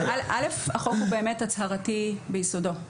החוק הוא באמת הצהרתי ביסודו.